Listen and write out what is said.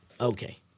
Okay